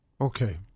Okay